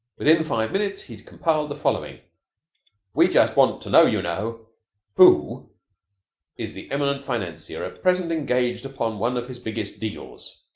within five minutes he had compiled the following we just want to know, you know who is the eminent financier at present engaged upon one of his biggest deals?